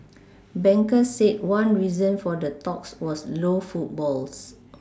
bankers said one reason for the talks was low footfalls